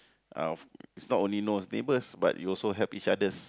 uh it's not only knows neighbours but you also help each other's